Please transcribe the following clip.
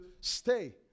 stay